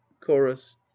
chorus